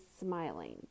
smiling